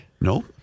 No